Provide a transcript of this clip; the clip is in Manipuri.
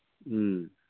ꯎꯝ